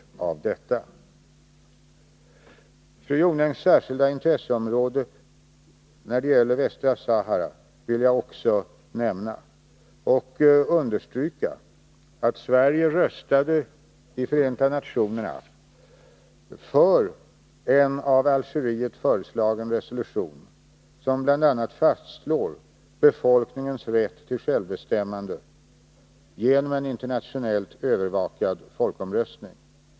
Beträffande fru Jonängs särskilda intresseområde, Västsahara, vill jag understryka att vi röstade i FN för en av Algeriet föreslagen resolution som bl.a. fastslår befolkningens rätt till självbestämmande genom en internationellt övervakad folkomröstning.